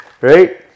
Right